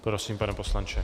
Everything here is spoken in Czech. Prosím, pane poslanče.